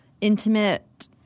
intimate